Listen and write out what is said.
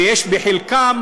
ויש בחלקם